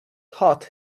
taught